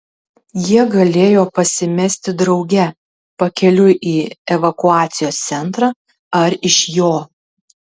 jie galėjo pasimesti drauge pakeliui į evakuacijos centrą ar iš jo